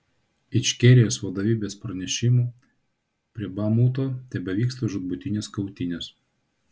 ičkerijos vadovybės pranešimu prie bamuto tebevyksta žūtbūtinės kautynės